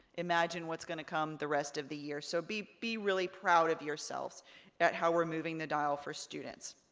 imagine what's gonna come the rest of the year. so, be be really proud of yourselves at how we're moving the dial for students.